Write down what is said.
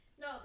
no